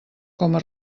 coma